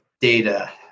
data